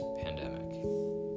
pandemic